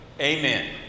amen